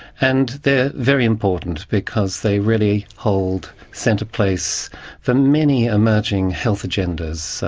and they're very important because they really hold centre place for many emerging health agendas,